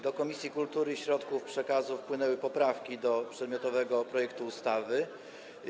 Do Komisji Kultury i Środków Przekazu wpłynęły poprawki do przedmiotowego projektu ustawy.